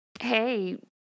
hey